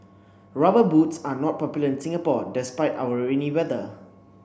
rubber boots are not popular in Singapore despite our rainy weather